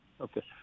Okay